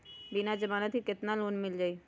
बिना जमानत के केतना लोन मिल जाइ?